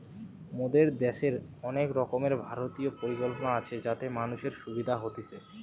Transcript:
মোদের দ্যাশের অনেক রকমের ভারতীয় পরিকল্পনা আছে যাতে মানুষের সুবিধা হতিছে